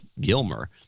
Gilmer